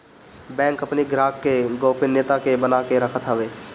bank अपनी ग्राहक के गोपनीयता के बना के रखत हवे